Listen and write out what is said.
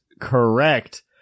correct